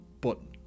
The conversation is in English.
button